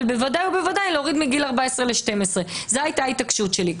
אבל בוודאי ובוודאי להוריד מגיל 14 לגיל 12. זו הייתה ההתעקשות שלי.